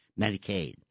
Medicaid